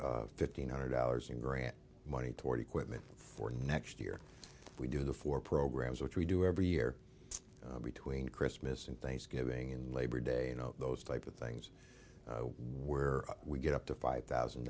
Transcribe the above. get fifteen hundred hours in grant money toward equipment for next year we do the four programs which we do every year between christmas and thanksgiving and labor day and those type of things where we get up to five thousand